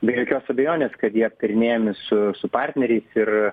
be jokios abejonės kad jie aptarinėjami su su partneriais ir